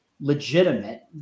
legitimate